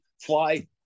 fly